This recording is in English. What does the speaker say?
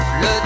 le